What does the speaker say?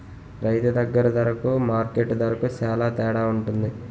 రైతు దగ్గర దరకు మార్కెట్టు దరకు సేల తేడవుంటది